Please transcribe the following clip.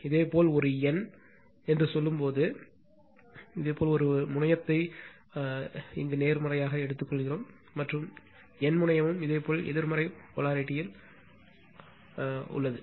இதேபோல் ஒரு n என்று சொல்லும்போது இதே போல் ஒரு முனையத்தை நேர்மறை எடுத்துக்கொள்வது மற்றும் n முனையமும் இதேபோல் எதிர்மறை போலாரிட்டி ல் அழைக்கப்படுகிறது